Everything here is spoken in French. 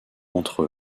entre